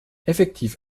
effektiv